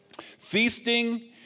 Feasting